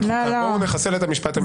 החוקה: "בואו נחסל את המשפט המינהלי".